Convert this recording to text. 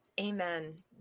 Amen